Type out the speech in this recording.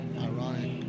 Ironic